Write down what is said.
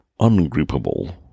ungroupable